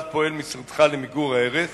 1. מה נעשה למיגור ההרס?